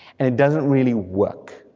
and it doesn't really work,